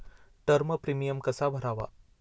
Term premium कसा भरावा?